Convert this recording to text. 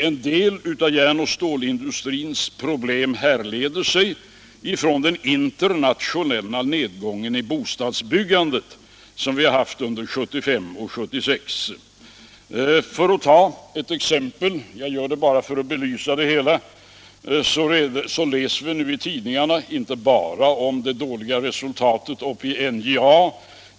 En del av järn och stålindustrins problem härleder sig från den internationella nedgången i bostadsbyggandet under 1975 och 1976. För att ta ett exempel, bara för att belysa det hela, så läser vi nu i tidningarna inte bara om det dåliga resultatet uppe i NJA.